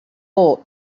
por